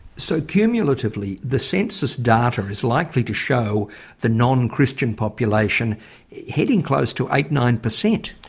so cumulatively, the census data is likely to show the non-christian population heading close to eight, nine per cent?